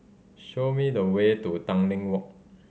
show me the way to Tanglin Walk